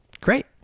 great